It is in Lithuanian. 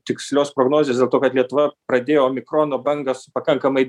tikslios prognozės dėl to kad lietuva pradėjo omikrono bangą su pakankamai